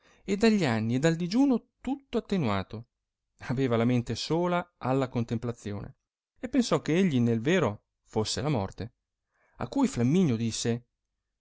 e dagli anni e dal digiuno tuttoattenuato aveva la mente sola alla contemplazione e pensò che egli nel vero fosse la morte a cui flamminio disse